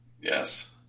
Yes